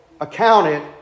accounted